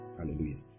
Hallelujah